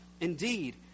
Indeed